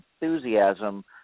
enthusiasm